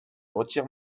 retire